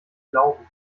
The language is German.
glauben